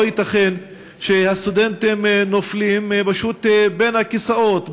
לא ייתכן שהסטודנטים נופלים פשוט בין הכיסאות,